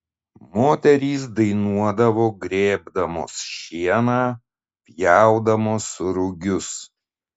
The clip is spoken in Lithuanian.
moterys dainuodavo grėbdamos šieną pjaudamos rugius